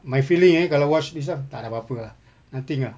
my feeling eh kalau watch this one tak ada apa apa ah nothing ah